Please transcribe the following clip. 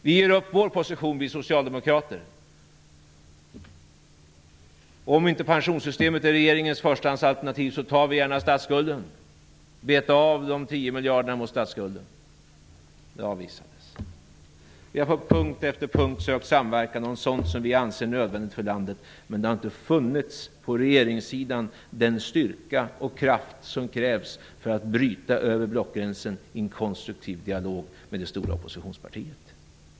Vi socialdemokrater är beredda att ge upp vår position: Om inte pensionssystemet är regeringens förstahandsalternativ är vi gärna med på att de 10 miljarderna används till att beta av statsskulden. Det avvisades. Vi har på punkt efter punkt sökt samverkan om sådant som vi anser nödvändigt för landet, men på regeringssidan har inte den styrka och kraft funnits som krävs för att bryta över blockgränsen i en konstruktiv dialog med det stora oppositionspartiet.